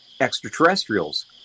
extraterrestrials